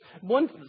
One